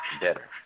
better